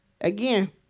Again